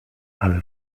ale